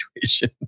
situation